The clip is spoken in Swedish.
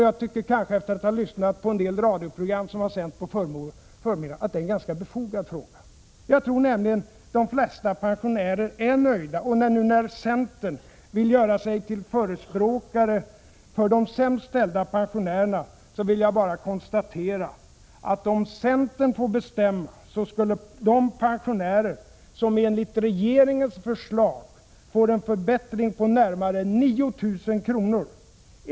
Jag tycker efter att ha lyssnat på en del radioprogram som har sänts på förmiddagen att det är en ganska befogad fråga. Jag tror nämligen att de flesta pensionärer är nöjda. Och när nu centern vill göra sig till förespråkare för de sämst ställda pensionärerna vill jag bara konstatera att om centern hade fått bestämma, skulle de pensionärer som enligt regeringens förslag får en förbättring på närmare 9 000 kr.